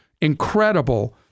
incredible